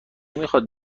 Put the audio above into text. میخواد